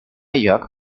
jörg